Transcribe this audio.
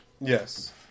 Yes